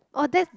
oh that